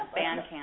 Bandcamp